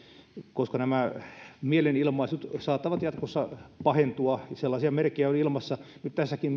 koska nämä mielenilmaisut saattavat jatkossa pahentua sellaisia merkkejä on ilmassa tässäkin